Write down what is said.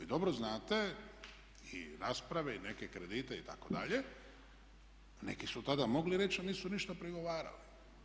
Vi dobro znate i rasprave i neke kredite itd. neki su tada mogli reći ali nisu ništa prigovarali.